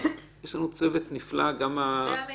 יש לנו צוות נפלא גם מהצד הזה של הממלכה.